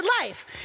life